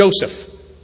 Joseph